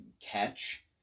catch